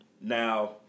Now